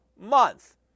month